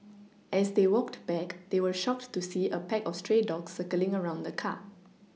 as they walked back they were shocked to see a pack of stray dogs circling around the car